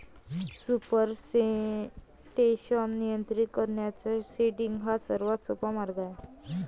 supersaturation नियंत्रित करण्याचा seeding हा सर्वात सोपा मार्ग आहे